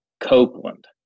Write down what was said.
Copeland